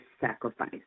sacrifice